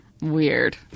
weird